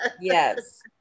Yes